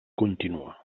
contínua